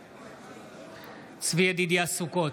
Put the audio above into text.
בעד צבי ידידיה סוכות,